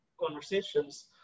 conversations